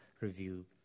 review